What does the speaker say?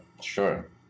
sure